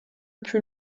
plus